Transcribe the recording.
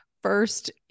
First